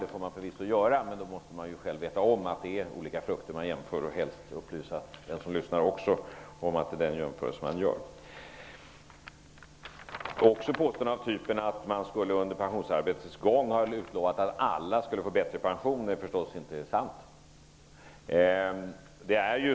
Det får man förvisso göra, men då måste man ju själv veta om att det är olika frukter man jämför och helst upplysa den som lyssnar om att det är den jämförelsen man gör. Också påståenden av typen att man skulle under pensionsarbetets gång ha utlovat att alla skulle få bättre pension är förstås inte sanna.